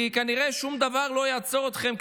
כי כנראה שום דבר לא יעצור אתכם.